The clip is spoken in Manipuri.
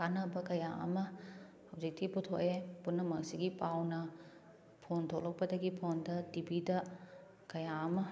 ꯀꯥꯟꯅꯕ ꯀꯌꯥ ꯑꯃ ꯍꯧꯖꯤꯛꯇꯤ ꯄꯨꯊꯣꯛꯑꯦ ꯄꯨꯝꯅꯃꯛ ꯑꯁꯤꯒꯤ ꯄꯥꯎꯅ ꯐꯣꯟ ꯊꯣꯂꯛꯄꯗꯒꯤ ꯐꯣꯟꯗ ꯇꯤꯚꯤꯗ ꯀꯌꯥ ꯑꯃ